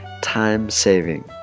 time-saving